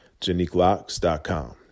JaniqueLocks.com